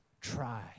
try